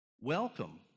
welcome